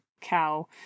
cow